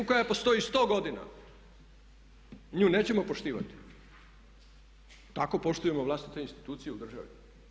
A neku koja postoji 100 godina, nju nećemo poštivati, tako poštujemo vlastite institucije u državi.